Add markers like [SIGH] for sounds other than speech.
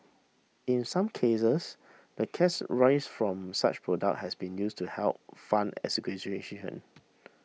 in some cases the cash raised from such products has been used to help fund [UNINTELLIGIBLE]